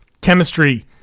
chemistry